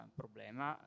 problema